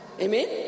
Amen